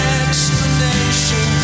explanation